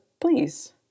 please